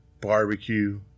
Barbecue